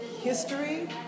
history